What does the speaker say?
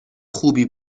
خوبی